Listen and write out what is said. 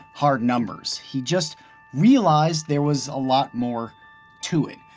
hard numbers. he just realized there was a lot more to it.